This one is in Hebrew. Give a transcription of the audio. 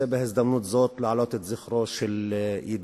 בהזדמנות זו אני רוצה להעלות את זכרו של ידידי,